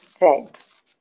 Right